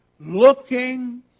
looking